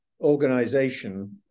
organization